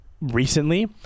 recently